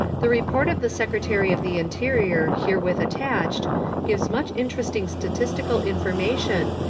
the report of the secretary of the interior herewith attached gives much interesting statistical information,